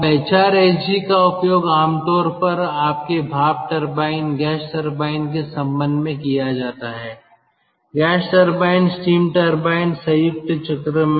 अब एचआरएसजी का उपयोग आमतौर पर आपके भाप टरबाइन गैस टरबाइन के संबंध में किया जाता है गैस टर्बाइन स्टीम टर्बाइनसंयुक्त चक्र में